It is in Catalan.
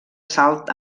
salt